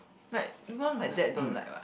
like because my dad don't like what